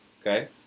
okay